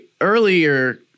earlier